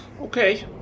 Okay